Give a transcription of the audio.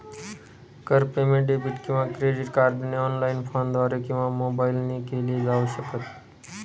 कर payment debit किंवा credit कार्डने ऑनलाइन, फोनद्वारे किंवा मोबाईल ने केल जाऊ शकत